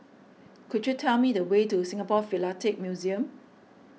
could you tell me the way to Singapore Philatelic Museum